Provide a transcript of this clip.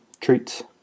Treats